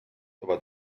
aber